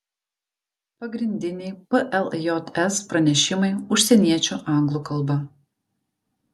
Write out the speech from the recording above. pagrindiniai pljs pranešimai užsieniečių anglų kalba